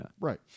Right